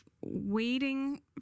waiting